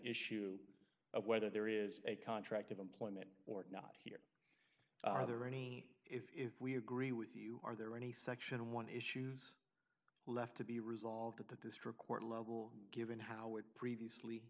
issue of whether there is a contract of employment or not he are there any if we agree with you are there any section one issues left to be resolved at the district court level given how it previously